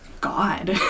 god